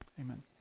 amen